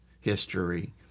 history